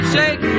shake